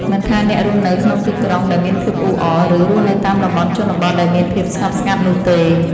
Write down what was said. មិនថាអ្នករស់នៅក្នុងទីក្រុងដែលមានភាពអ៊ូអរ ឬ រស់នៅតាមតំបន់ជនបទដែលមានភាពស្ងប់ស្ងាត់នោះទេ។